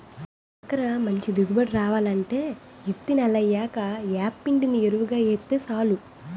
కాకర మంచి దిగుబడి రావాలంటే యిత్తి నెలయ్యాక యేప్పిండిని యెరువుగా యేస్తే సాలు